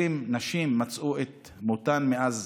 20 נשים מצאו את מותן מאז